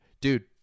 dude